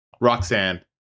Roxanne